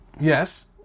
yes